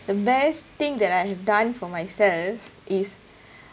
the best thing that I have done for myself is